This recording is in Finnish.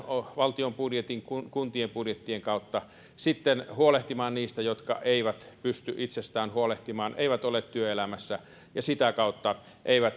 valtion budjetin kuntien budjettien kautta sitten huolehtimaan niistä jotka eivät pysty itsestään huolehtimaan eivät ole työelämässä ja sitä kautta